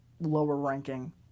lower-ranking